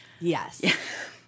Yes